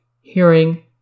hearing